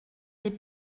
des